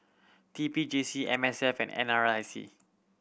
T P J C M S F and N R I C